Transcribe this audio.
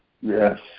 Yes